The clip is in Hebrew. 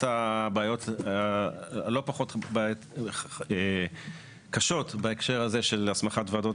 אחת הבעיות הלא פחות קשות בהקשר הזה של הסמכת ועדות